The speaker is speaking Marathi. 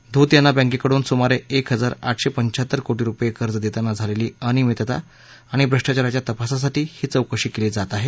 धूत यांना बँकेकडून सुमारे एक हजार आठशे पंचाहत्तर कोशी रुपये कर्ज देताना झालेली अनियमितता आणि भ्रष्टाचाराच्या तपासासाठी ही चौकशी केली जात आहे